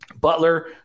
Butler